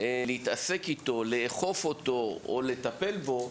להתעסק אתו, לאכוף אותו, או לטפל בו,